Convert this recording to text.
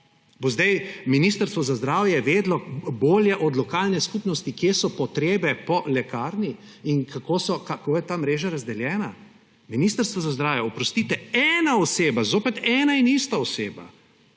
Bo zdaj Ministrstvo za zdravje vedelo bolje od lokalne skupnosti, kje so potrebo po lekarni in kako je ta mreža razdeljena? Ministrstvo za zdravje, oprostite, ena oseba, zopet ena in ista oseba